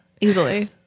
Easily